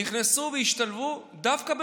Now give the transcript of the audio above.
נכנסו והשתלבו דווקא במעבדות.